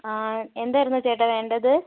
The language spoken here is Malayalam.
ആ എന്തായിരുന്നു ചേട്ടാ വേണ്ടത്